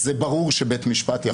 אז זה ברור שבית משפט יכול להתערב.